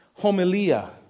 homilia